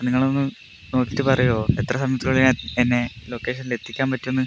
അപ്പം നിങ്ങളൊന്ന് നോക്കിയിട്ട് പറയുമോ എത്ര സമയത്തിനുള്ളിൽ എന്നെ ലൊക്കേഷനിൽ എത്തിക്കാൻ പറ്റുമെന്ന്